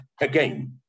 again